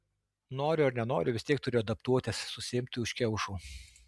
noriu ar nenoriu vis tiek turiu adaptuotis susiimti už kiaušų